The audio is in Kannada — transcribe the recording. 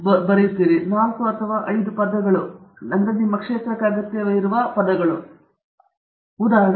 ಮತ್ತು ನಿಮ್ಮ ಕೆಲಸವನ್ನು ಅರ್ಥಮಾಡಿಕೊಳ್ಳಲು ಅಗತ್ಯವಿರುವದನ್ನು ಸೂಚಿಸಲು ನೀವು ಬಯಸುತ್ತೀರಿ ಅರ್ಥ ಜನರು ತಿಳಿದಿರಬೇಕಾದ ಕೆಲವು ಹಿನ್ನೆಲೆ ಮಾಹಿತಿ ಇದ್ದರೆ